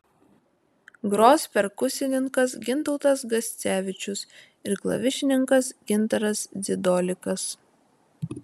gros perkusininkas gintautas gascevičius ir klavišininkas gintaras dzidolikas